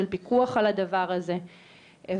של פיקוח על הדבר הזה ולכן,